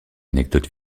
anecdotes